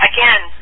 Again